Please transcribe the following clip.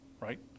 right